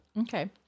Okay